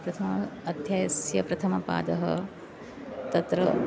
प्रथम अध्ययस्य प्रथमपादः तत्र